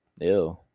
ew